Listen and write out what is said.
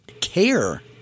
care